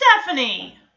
Stephanie